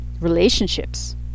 relationships